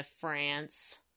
France